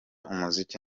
umuziki